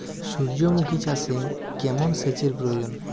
সূর্যমুখি চাষে কেমন সেচের প্রয়োজন?